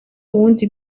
ubundi